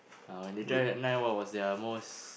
uh when they drive at night what was their most